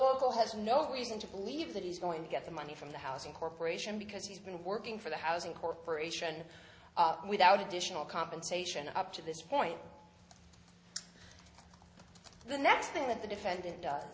local has no reason to believe that he's going to get the money from the housing corporation because he's been working for the housing corporation without additional compensation up to this point the next thing that the defendant does